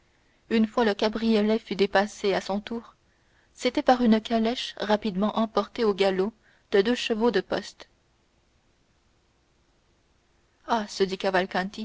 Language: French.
une fois le cabriolet fut dépassé à son tour c'était par une calèche rapidement emportée au galop de deux chevaux de poste